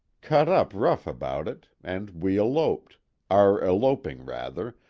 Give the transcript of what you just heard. cut up rough about it, and we eloped are eloping rather,